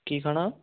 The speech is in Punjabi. ਕੀ ਖਾਣਾ